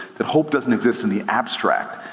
that hope doesn't exist in the abstract.